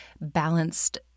balanced